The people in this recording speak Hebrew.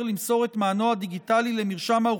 למסור את מענו הדיגיטלי למרשם האוכלוסין,